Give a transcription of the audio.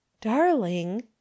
darling